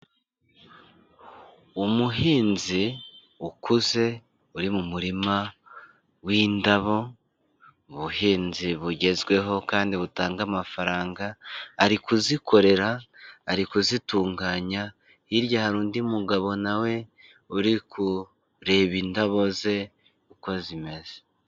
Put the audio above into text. Umuhinzi ukuze, uri mu murima w'indabo, ubuhinzi bugezweho kandi butanga amafaranga, ari kuzikorera, ari kuzitunganya, hirya hari undi mugabo nawe uri kureba indabo ze uko zimeze.